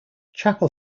chapel